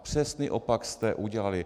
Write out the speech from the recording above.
Přesný opak jste udělali.